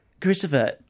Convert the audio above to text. Christopher